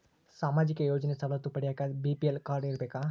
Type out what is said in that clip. ಸಾಮಾಜಿಕ ಯೋಜನೆ ಸವಲತ್ತು ಪಡಿಯಾಕ ಬಿ.ಪಿ.ಎಲ್ ಕಾಡ್೯ ಇರಬೇಕಾ?